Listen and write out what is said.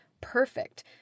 perfect –